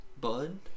Bud